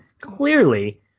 clearly